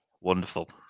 wonderful